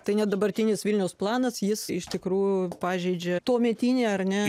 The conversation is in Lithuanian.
tai net dabartinis vilniaus planas jis iš tikrųjų pažeidžia tuometinį ar ne